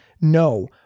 No